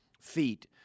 feet